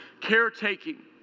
caretaking